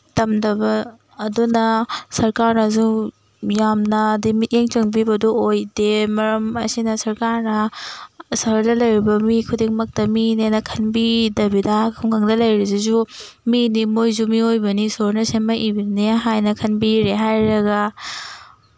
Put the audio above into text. ꯇꯝꯗꯕ ꯑꯗꯨꯅ ꯁꯔꯀꯥꯔꯅꯁꯨ ꯌꯥꯝꯅ ꯑꯗꯤ ꯃꯤꯠꯌꯦꯡ ꯆꯪꯕꯤꯕꯗꯨ ꯑꯣꯏꯗꯦ ꯃꯔꯝ ꯑꯁꯤꯅ ꯁꯔꯀꯥꯔꯅ ꯁꯍꯔꯗ ꯂꯩꯔꯤꯕ ꯃꯤ ꯈꯨꯗꯤꯡꯃꯛꯇ ꯃꯤꯅꯦꯅ ꯈꯟꯕꯤꯗꯕꯤꯗ ꯈꯨꯡꯒꯪꯗ ꯂꯩꯔꯤꯁꯤꯁꯨ ꯃꯤꯅꯤ ꯃꯣꯏꯁꯨ ꯃꯤꯑꯣꯏꯕꯅꯤ ꯏꯁꯣꯔꯅ ꯁꯦꯝꯃꯛꯏꯕꯅꯤ ꯍꯥꯏꯅ ꯈꯟꯕꯤꯔꯦ ꯍꯥꯏꯔꯒ